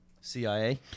CIA